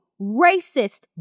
racist